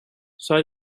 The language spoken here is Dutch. zij